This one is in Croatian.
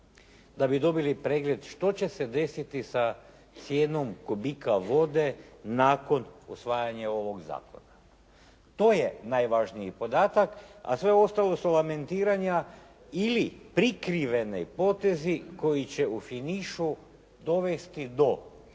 da bi dobili pregled što će se desiti sa cijenom kubika vode nakon usvajanja ovog zakona. To je najvažniji podatak, a sve ostalo su lamentiranja ili prikriveni potezi koji će u finišu dovesti do